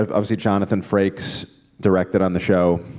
ah obviously, jonathan frakes directed on the show.